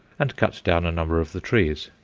and cut down a number of the trees.